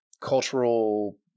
cultural